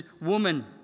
woman